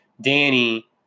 Danny